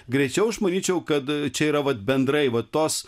greičiau aš manyčiau kad čia yra vat bendrai va tos